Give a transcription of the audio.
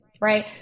right